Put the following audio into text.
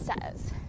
says